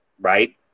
right